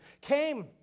came